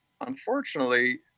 unfortunately